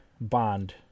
Bond